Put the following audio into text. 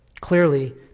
clearly